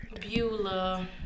Beulah